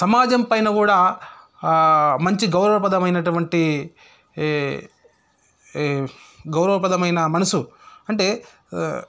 సమాజం పైన కూడా మంచి గౌరవప్రదమైనటువంటి గౌరవప్రదమైన మనసు అంటే